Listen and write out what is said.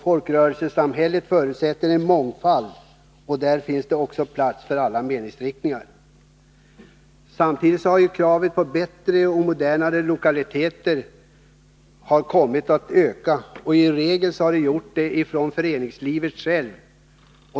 Folkrörelsesamhället förutsätter en mångfald, och där finns också plats för alla meningsriktningar. Samtidigt har kravet på bättre och modernare lokaliteter kommit att öka, i regel från föreningslivet självt.